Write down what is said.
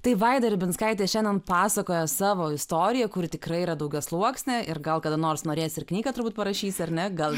tai vaida ribinskaitė šiandien pasakoja savo istoriją kuri tikrai yra daugiasluoksnė ir gal kada nors norėsi ir knygą turbūt parašysi ar ne gal